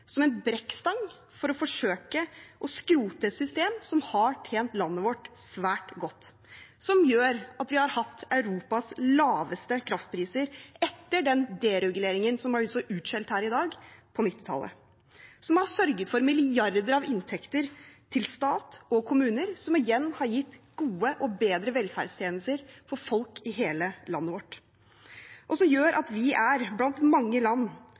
som en brekkstang for å forsøke å skrote et system som har tjent landet vårt svært godt – som gjør at vi har hatt Europas laveste kraftpriser etter den dereguleringen på 1990-tallet som har blitt så utskjelt her i dag, som har sørget for milliarder i inntekter til stat og kommuner, som igjen har gitt gode og bedre velferdstjenester for folk i hele landet vårt, og som gjør at vi blant mange land